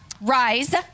rise